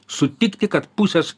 sutikti kad pusės